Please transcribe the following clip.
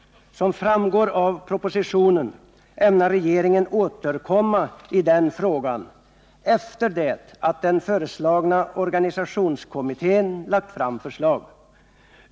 Som framgår av propositionen ämnar regeringen återkomma i den frågan efter det att den föreslagna organisationskommittén lagt fram förslag.